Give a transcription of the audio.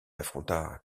affronta